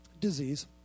Disease